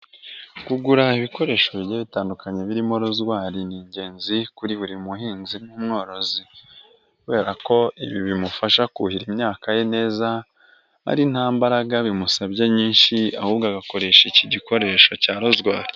Kugura ibikoresho bigiye bitandukanye birimo ruzwari ni ingenzi kuri buri muhinzi n'umworozi kubera ko ibi bimufasha kuhira imyaka ye neza, ari nta mbaraga bimusabye nyinshi ahubwo agakoresha iki gikoresho cya rozwari.